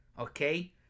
okay